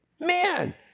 Man